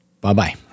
Bye-bye